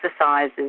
exercises